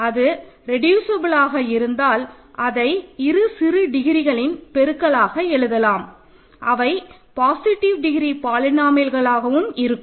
அது ரெடுசியப்பிலாக இருந்தால் அதை இரு சிறிய டிகிரிகளின் பெருக்கல்லாக எழுதலாம் அவை பாசிட்டிவ் டிகிரி பாலினோமியல்லாகலாகவும் இருக்கும்